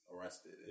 arrested